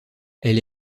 elle